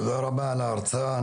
תודה רבה על ההרצאה.